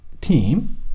team